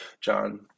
John